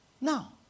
Now